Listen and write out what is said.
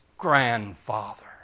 grandfather